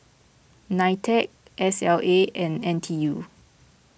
Nitec S L A and N T U